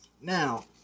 Now